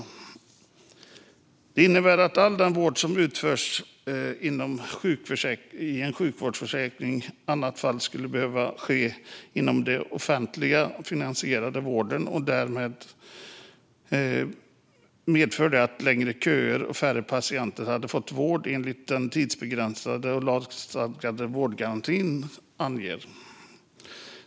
Detta innebär att all den vård som utförs inom sjukvårdsförsäkringen i annat fall skulle behöva ske inom den offentligt finansierade vården, och det skulle därmed medföra längre vårdköer och att färre patienter får vård enligt de tidsgränser som den lagstadgade vårdgarantin anger.